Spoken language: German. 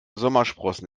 sommersprossen